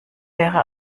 wäre